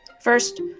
first